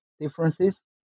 differences